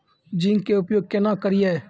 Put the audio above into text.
Zinc के उपयोग केना करये?